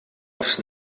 aufs